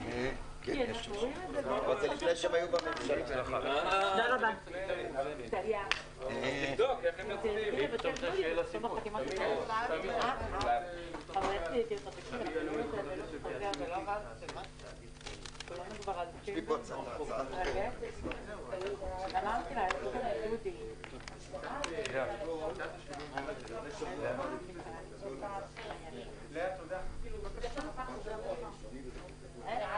12:46.